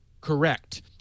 Correct